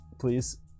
please